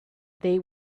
they